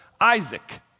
Isaac